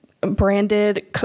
branded